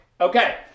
Okay